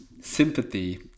sympathy